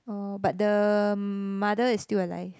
oh but the mother is still alive